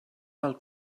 del